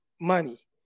money